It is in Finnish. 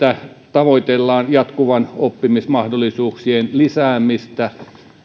tavoitellaan jatkuvien oppimismahdollisuuksien lisäämistä